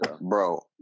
bro